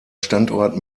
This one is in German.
standort